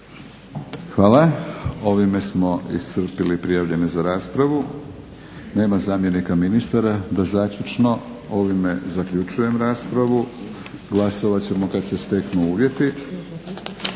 Hvala. Ovime smo iscrpili prijavljene za raspravu. Nema zamjenika ministra da da zaključno. Ovime zaključujem raspravu. Glasovat ćemo kad se steknu uvjeti.